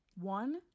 one